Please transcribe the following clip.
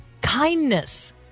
kindness